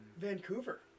Vancouver